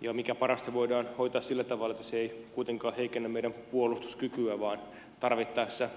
ja mikä parasta se voidaan hoitaa sillä tavalla että se ei kuitenkaan heikennä meidän puolustuskykyä vaan tarvittaessa